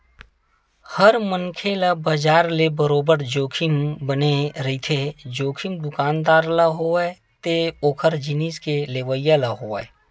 हर मनखे ल बजार ले बरोबर जोखिम बने रहिथे, जोखिम दुकानदार ल होवय ते ओखर जिनिस के लेवइया ल होवय